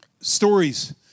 stories